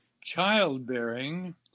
childbearing